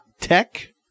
Tech